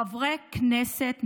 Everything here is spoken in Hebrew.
חברי כנסת נכבדים,